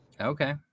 Okay